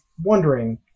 wondering